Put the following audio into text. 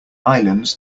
islands